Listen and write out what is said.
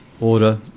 order